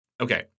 Okay